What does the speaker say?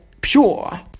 pure